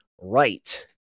right